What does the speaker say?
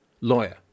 lawyer